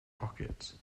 pockets